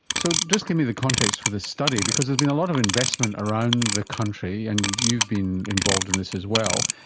so just give me the context for this study, because there has been a lot of investment around the country, and you've been involved in this as well,